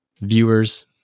Viewers